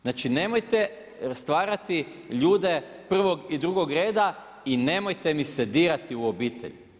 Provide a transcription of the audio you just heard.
Znači nemojte stvarati ljude prvog i drugog reda i nemojte mi se dirati u obitelj.